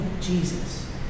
Jesus